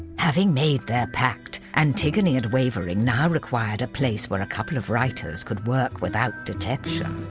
having made their pact, antigone and wavering now required a place where a couple of writers could work without detection,